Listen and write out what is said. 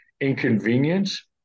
inconvenience